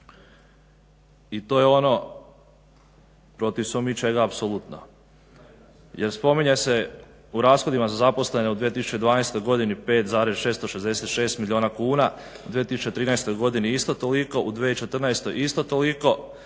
i to je ono protiv smo mi čega apsolutno. Jer spominje se u rashodima za zaposlene u 2012. godini 5,666 milijuna kuna, u 2013. godini isto toliko, u 2014. isto toliko